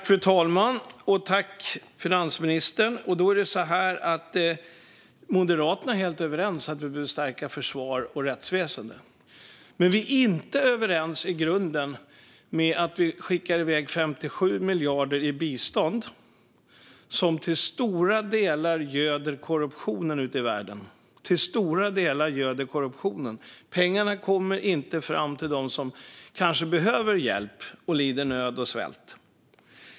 Fru talman! Moderaterna är helt överens om att vi behöver stärka försvar och rättsväsen, men i grunden är vi inte överens om att vi ska skicka i väg 57 miljarder i bistånd, som till stora delar göder korruptionen ute i världen. Pengarna kommer inte fram till dem som kanske behöver hjälp och lider nöd och svälter.